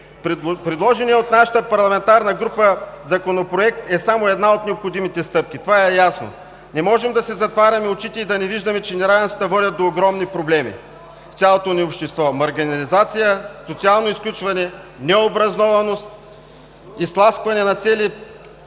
Предложеният от нашата парламентарна група Законопроект е само една от необходимите стъпки. Това е ясно. Не можем да си затваряме очите и да не виждаме, че неравенствата водят до огромни проблеми в цялото ни общество – маргинализация, социално изключване, необразованост, изтласкване на цели